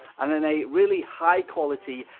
and then a really high quality,